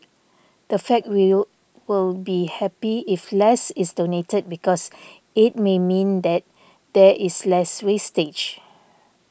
in fact we'll will be happy if less is donated because it may mean that there is less wastage